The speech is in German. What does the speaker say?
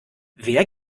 wer